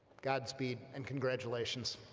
god speed and congratulations!